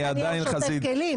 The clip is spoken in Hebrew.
ראית פעם את נתניהו שוטף כלים?